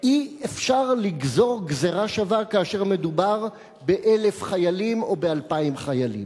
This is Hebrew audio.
אי-אפשר לגזור גזירה שווה כאשר מדובר ב-1,000 חיילים או ב-2,000 חיילים.